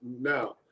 now